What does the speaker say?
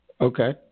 Okay